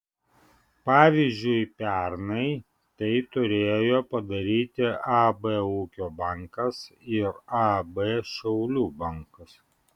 pavyzdžiui pernai tai turėjo padaryti ab ūkio bankas ir ab šiaulių bankas